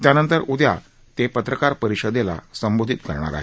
त्यानंतर उद्या ते पत्रकार परिषदेला संबोधित करणार आहेत